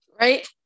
Right